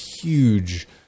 huge